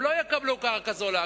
הם לא יקבלו קרקע זולה,